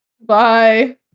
Bye